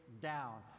down